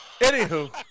Anywho